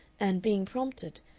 and, being prompted,